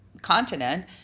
continent